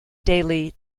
daily